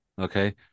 Okay